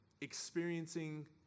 Experiencing